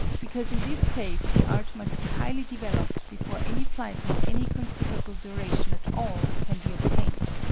because in this case the art must be highly developed before any flight of any considerable duration at all can be obtained.